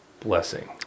blessing